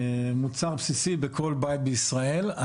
מוצר בסיסי בכל בית בישראל.